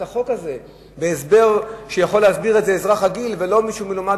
את החוק הזה והסבר שיכול להסביר את זה אזרח רגיל ולא מישהו מלומד,